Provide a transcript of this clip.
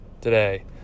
today